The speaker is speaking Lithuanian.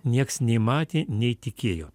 nieks nei matė nei tikėjo